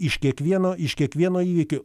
iš kiekvieno iš kiekvieno įvykio